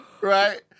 Right